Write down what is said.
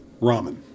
ramen